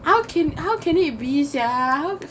how can how can it be sia